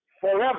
forever